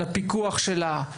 על הפיקוח שלה,